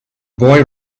boy